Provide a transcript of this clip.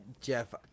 Jeff